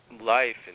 life